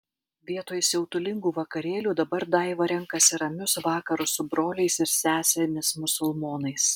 vietoj siautulingų vakarėlių dabar daiva renkasi ramius vakarus su broliais ir sesėmis musulmonais